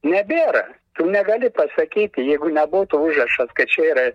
nebėra negali pasakyti jeigu nebūtų užrašas kad čia yra